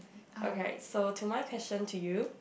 okay so to my question to you